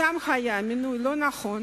שם היה מינוי לא נכון